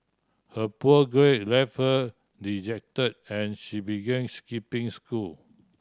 her poor grade left her deject and she begin is skipping school